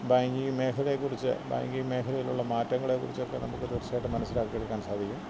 banking മേഖലയെക്കുറിച്ച് banking മേഖലയിലുള്ള മാറ്റങ്ങളെക്കുറിച്ചൊക്കെ നമുക്ക് തീര്ച്ചയായിട്ടും മനസ്സിലാക്കിയെടുക്കാന് സാധിക്കും